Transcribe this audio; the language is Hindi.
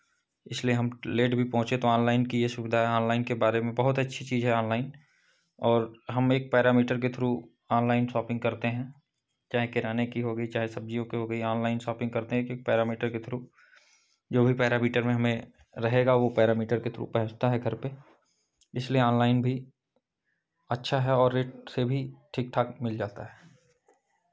इसलिए हम लेट भी पहुँचे तो ऑनलाइन की ये सुविधा यहाँ ऑनलाइन के बारे में बहुत अच्छी चीज़ है ऑनलाइन और हम एक पैरामीटर के थ्रू ऑनलाइन शाॅपिंग करते हैं चाहे किराने की हो गई चाहे सब्जियों के हो गई ऑनलाइन शॉपिंग करते हैं कि पैरामीटर के थ्रू जो भी पैरामीटर में हमें रहेगा वो पैरामीटर के थ्रू बैठता है घर पे इसलिए ऑनलाइन भी अच्छा है और रेट से भी ठीक ठाक मिल जाता है